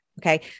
okay